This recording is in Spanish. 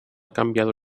cambiado